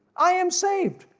i am saved,